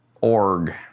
Org